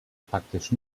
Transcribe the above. praktisch